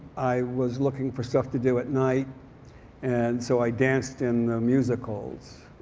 i was looking for stuff to do at night and so i danced in musicals.